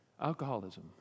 Alcoholism